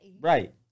Right